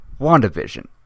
WandaVision